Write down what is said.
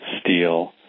steel